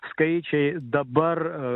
skaičiai dabar